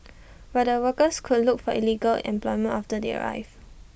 but the workers would look for illegal employment after they arrive